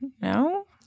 no